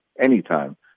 anytime